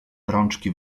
rączki